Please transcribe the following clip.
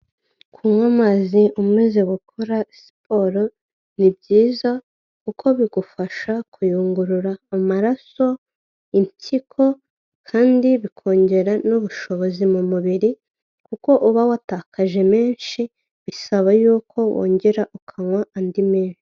Kunywa amazi umaze gukora siporo ni byiza kuko bigufasha kuyungurura amaraso, impyiko kandi bikongera n'ubushobozi mu mubiri kuko uba watakaje menshi, bisaba yuko wongera ukanywa andi menshi.